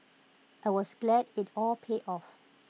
I was glad IT all paid off